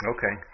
Okay